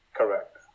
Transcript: Correct